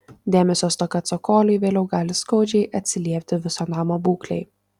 dėmesio stoka cokoliui vėliau gali skaudžiai atsiliepti viso namo būklei